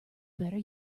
better